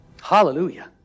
Hallelujah